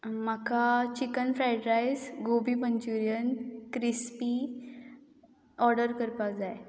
म्हाका chicken fried rice gobi manchurian crispy order करपाक जाय